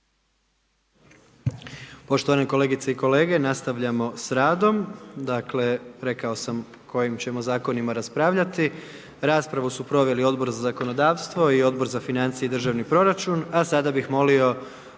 Poštovane kolegice i kolege, nastavljamo s radom. Dakle rekao sam o kojim ćemo zakonima raspravljati. Raspravu su proveli Odbor za zakonodavstvo i Odbor za financije i državni proračun, a sada bih molio